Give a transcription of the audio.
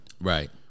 right